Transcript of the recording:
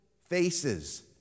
faces